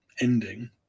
ending